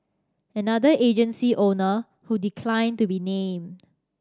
another agency owner who declined to be named